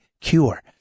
Cure